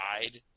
died